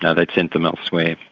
yeah they'd sent them elsewhere.